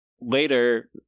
later